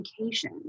education